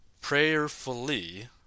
prayerfully